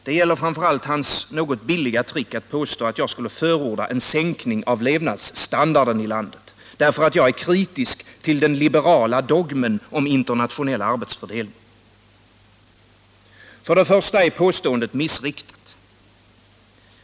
Det gäller framför allt hans något billiga trick att påstå att jag skulle förorda en sänkning av levnadsstandarden i landet därför att jag är kritisk till den liberala dogmen om internationell arbetsfördelning. För det första är påståendet missriktat.